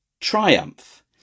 triumph